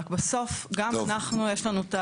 רק בסוף גם אנחנו יש לנו,